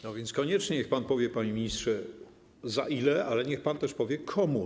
No więc koniecznie niech pan powie, panie ministrze, za ile, ale niech pan też powie, komu.